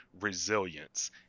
resilience